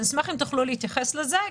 אשמח אם תוכלו להתייחס לזה.